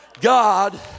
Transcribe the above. God